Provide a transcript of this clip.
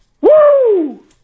Woo